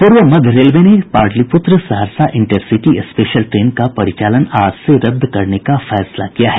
पूर्व मध्य रेल ने Pataliputra Saharsa intercity special train का परिचालन आज से रद्द करने का फैसला किया है